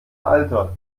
alter